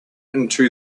into